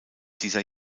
dieser